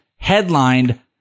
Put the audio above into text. headlined